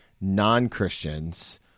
non-Christians